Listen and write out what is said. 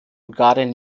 bulgarien